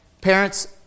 Parents